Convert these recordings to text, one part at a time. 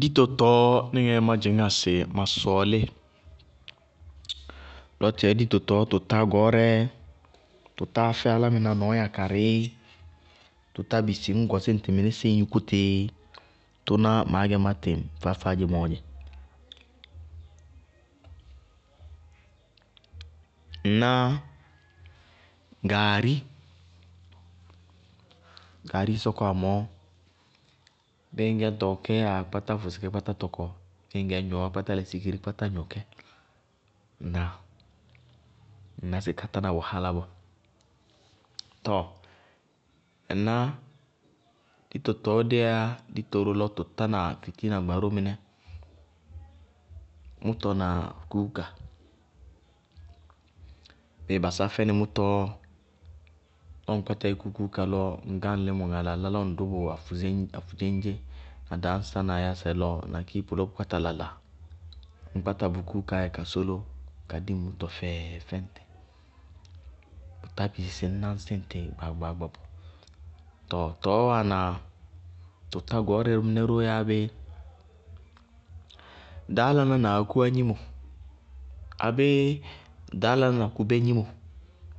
Díto tɔɔ nɩŋɛɛ má dzɩñŋá sɩ ma sɔɔlí tɔ tʋyɛ dito tɔɔ tʋ tá gɔɔrɛɛ, tʋ táa fɛ álámɩná nɔɔya karɩ, tɔ tá bisi ñ gɔsí ŋtɩ mɩnísíɩ ñ yúkú tɩ, tʋnáá maá gɛ má tɩŋ faá-faádzé mɔɔ dzɛ, ŋná gaari, gaarií sɔkɔwá mɔɔ, bíɩ ŋñgɛ ñ fɔsɩ gɛɛ yáa, kpátá fʋsɩ kɛ ka tɔkɔ, bíɩ ŋñ gɛ ñ gnɔɔwáa, kpátá lɛ sikiri kpátá gnɔ kɛ. Ŋnáa? Ŋná sɩ ka tána wahála bɔɔ. Tɔɔ ŋná dito tɔɔ déyá dito tɔɔ déyá doró lɔ tʋ tána yɔɔya gbaró mɩnɛ, mʋtɔ na kúúka, bíɩ bíɩ ba sá fɛnɩ mʋtɔ lɔ ŋ kpáta yúkú kúúka lɔ gáŋ límɔ ŋa lalá lɔ ŋ dʋ bʋ afudzéñdzé na dañsá na yásɛ lɔ na kiipu lɔ bʋ kpáta lala, ŋ kpáta bu kúúkaá yɛ ka sóló, la dí ŋ mʋtɔ fɛɛ fɛŋtɩ bʋ tá bisi sɩ ñ náñsí ŋtɩ faala ɔɔ. Tɔɔ tɔɔ wáana tɔ tá gɔɔrɛ mɩnɛ ró yáa bé? Ɖaálaná na akúwá gnimo, abéé ɖaálaná na kubé gnimo.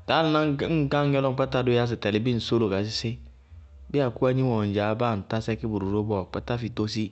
Ɖaálaná ñŋ gáŋ ŋɛ lɔ ŋ kpáta dʋ yásɛ tɛlɩ, bíɩ ŋ sólo ka sísí, bíɩ akúwá gnimo wɛ ŋdzaá, báa ŋ tadʋ bʋrʋ ró bɔɔ, kpátá fi tósi.